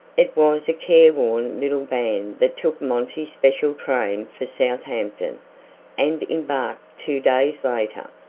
it was a careworn little band that took monty's special train for southampton and embarked two days later.